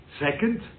Second